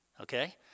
okay